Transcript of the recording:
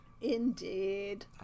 Indeed